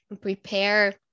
prepare